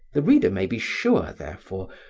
the reader may be sure, therefore,